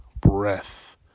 breath